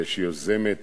שיוזמת